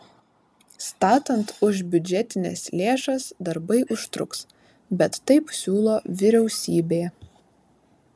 statant už biudžetines lėšas darbai užtruks bet taip siūlo vyriausybė